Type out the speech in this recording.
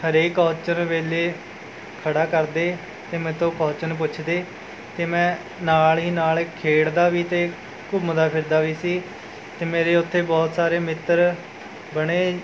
ਹਰੇਕ ਕੌਅਚਨ ਵੇਲ਼ੇ ਖੜ੍ਹਾ ਕਰਦੇ ਅਤੇ ਮੈਥੋਂ ਕੌਅਚਨ ਪੁੱਛਦੇ ਅਤੇ ਮੈਂ ਨਾਲ਼ ਹੀ ਨਾਲ਼ ਖੇਡਦਾ ਵੀ ਅਤੇ ਘੁੰਮਦਾ ਫਿਰਦਾ ਵੀ ਸੀ ਅਤੇ ਮੇਰੇ ਉੱਥੇ ਬਹੁਤ ਸਾਰੇ ਮਿੱਤਰ ਬਣੇ